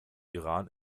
iran